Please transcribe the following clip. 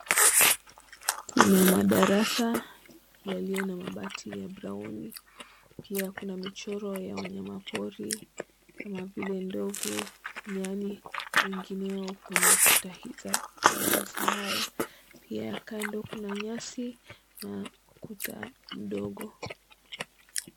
Kuna madarasa yaliyo na mabati ya brown pia kuna michoro ya wanyama pori kama vile ndovu, nyani, wengineo kwenye ukuta hizi za madarasa haya. Pia kando kuna nyasi na ukuta mdogo.